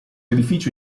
edificio